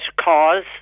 cause